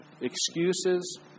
Excuses